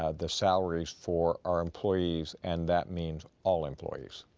ah the salaries for our employees and that means all employees.